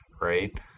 right